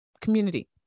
Community